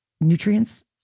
nutrients